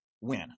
win